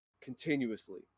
continuously